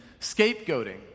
scapegoating